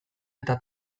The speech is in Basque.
eta